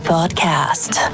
Podcast